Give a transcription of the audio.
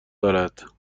دارد